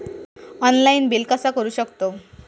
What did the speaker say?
Online bill कसा करु शकतव?